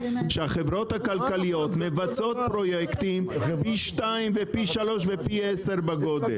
שהחברות הכלכליות מבצעות פרויקטים פי 2 ופי 3 ופי 10 בגודל.